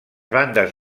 bandes